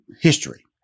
history